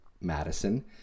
Madison